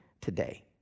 today